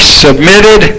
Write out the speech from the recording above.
submitted